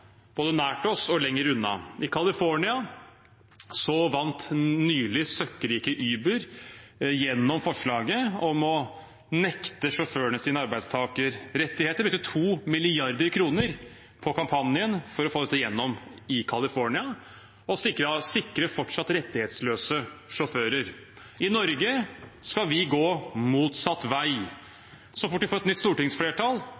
både nært oss og lenger unna. I California vant nylig søkkrike Uber gjennom med forslaget om å nekte sjåførene sine arbeidstakerrettigheter. De brukte 2 mrd. kr på kampanjen for å få dette gjennom i California og sikre fortsatt rettighetsløse sjåfører. I Norge skal vi gå motsatt